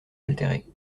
altéré